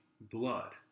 blood